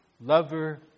lover